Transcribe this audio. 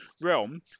realm